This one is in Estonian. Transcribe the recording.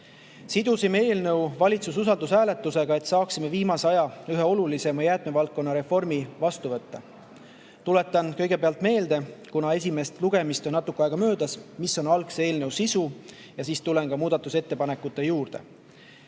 Sidusime eelnõu valitsuse usaldushääletusega, et saaksime viimase aja ühe olulisima jäätmevaldkonna reformi [heaks kiita].Tuletan kõigepealt meelde, kuna esimesest lugemisest on natuke aega möödas, mis on algse eelnõu sisu, ja siis tulen ka muudatusettepanekute juurde.